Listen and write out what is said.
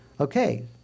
Okay